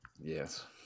Yes